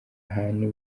hantu